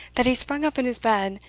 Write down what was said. that he sprung up in his bed,